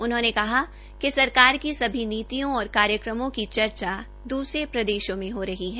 उन्होंने कहा कि सरकार की सभी नीतियों और कार्यक्रमों की चर्चा दूसरे प्रदेशो में हो रही है